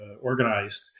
organized